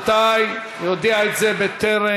רבותי, היא הודיעה את זה בטרם,